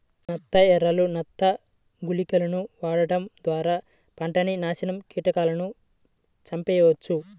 నత్త ఎరలు, నత్త గుళికలను వాడటం ద్వారా పంటని నాశనం కీటకాలను చంపెయ్యొచ్చు